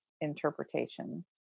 interpretation